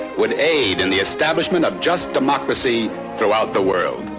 would aid in the establishment of just democracy throughout the world.